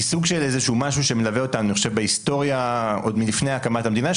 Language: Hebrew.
סוג של משהו שמלווה אותנו בהיסטוריה עוד מלפני הקמת המדינה,